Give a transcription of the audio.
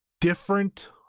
different